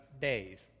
days